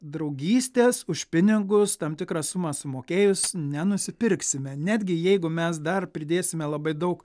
draugystės už pinigus tam tikrą sumą sumokėjus nenusipirksime netgi jeigu mes dar pridėsime labai daug